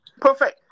perfect